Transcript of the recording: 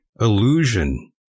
illusion